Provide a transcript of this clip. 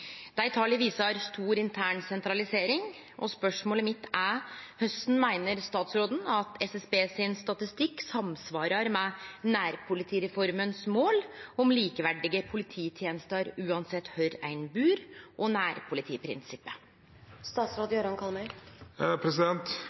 De viser en stor intern sentralisering. Hvordan mener statsråden SSB sin statistikk samsvarer med nærpolitireformens mål om likeverdige polititjenester uansett hvor man bor, og nærpolitiprinsippet?»